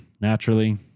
naturally